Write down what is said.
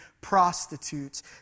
prostitutes